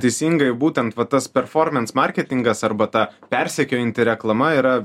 teisingai būtent va tas performens marketingas arba ta persekiojanti reklama yra